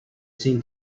seen